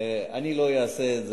אני לא אעשה את זה,